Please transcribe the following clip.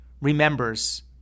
remembers